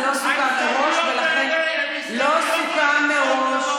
זה לא סוכם מראש,